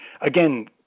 Again